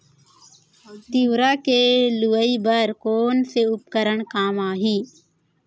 तिंवरा के लुआई बर कोन से उपकरण काम आही?